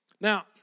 Now